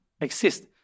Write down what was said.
exist